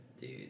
dude